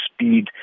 speed